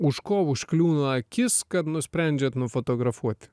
už ko užkliūna akis kad nusprendžiat nufotografuoti